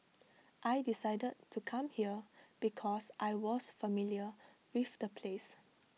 I decided to come here because I was familiar with the place